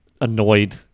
Annoyed